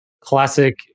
Classic